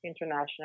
international